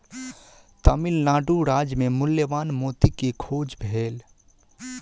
तमिल नाडु राज्य मे मूल्यवान मोती के खोज भेल